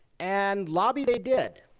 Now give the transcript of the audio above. and lobby they did.